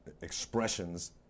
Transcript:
Expressions